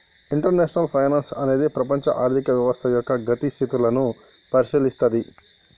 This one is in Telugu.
ఇంటర్నేషనల్ ఫైనాన్సు అనేది ప్రపంచ ఆర్థిక వ్యవస్థ యొక్క గతి స్థితులను పరిశీలిత్తది